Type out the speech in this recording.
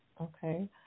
Okay